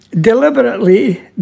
deliberately